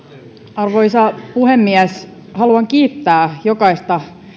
arvoisa puhemies haluan kiittää jokaista